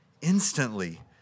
Instantly